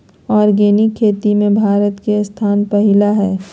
organic खेती में भारत के स्थान पहिला हइ